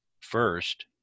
first